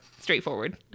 straightforward